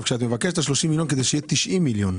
כשאת מבקשת את ה-30 מיליון כדי שיהיו 90 מיליון.